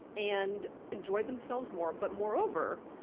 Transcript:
and enjoyed themselves more, but moreover,